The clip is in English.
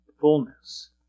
fullness